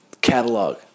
catalog